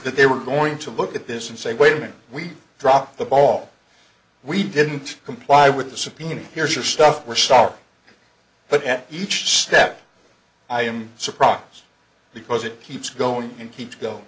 that they were going to look at this and say wait a minute we dropped the ball we didn't comply with the subpoena here's your stuff we're sorry but at each step i am surprised because it keeps going and keeps go